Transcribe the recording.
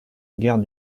guerre